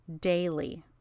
daily